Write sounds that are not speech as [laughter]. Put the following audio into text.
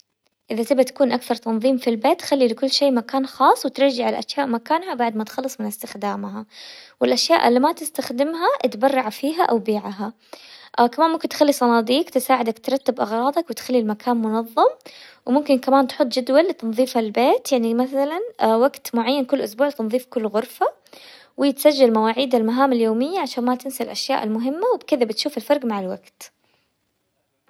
اذا تبي تكون اكثر تنظيم في البيت، خلي لكل شي مكان خاص وترجعي الاشياء مكانها بعد ما تخلص من استخدامها، والاشياء اللي ما تستخدمها اتبرع فيها او بيعها، [hesitation] كمان ممكن تخلي صناديق تساعدك ترتب اغراضك وتخلي المكان منظم، وممكن كمان تحط جدول لتنظيف البيت يعني مثلا وقت معين كل اسبوع تنظيف كل غرفة، وتسجل مواعيد المهام اليومية عشان ما تنسى الاشياء المهمة، وبكذا بتشوف الفرق مع الوقت.